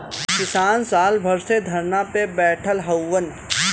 किसान साल भर से धरना पे बैठल हउवन